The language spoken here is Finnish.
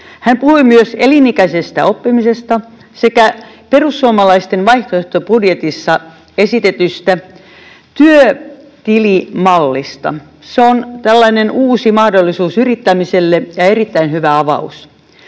Hän puhui myös elinikäisestä oppimisesta sekä perussuomalaisten vaihtoehtobudjetissa esitetystä työtilimallista. Se on tällainen uusi mahdollisuus yrittämiselle ja erittäin hyvä avaus.